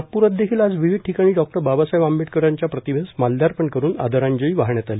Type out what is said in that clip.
नागपुरात देखील आज विविध ठिकाणी डॉ बाबासाहेब आंबेडकरांच्या प्रतिमेस माल्यापण करून आदरांजली वाहण्यात आली